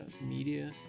media